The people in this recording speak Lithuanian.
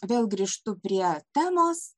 vėl grįžtu prie temos